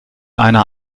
einer